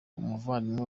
umuvandimwe